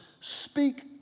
speak